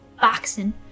Boxing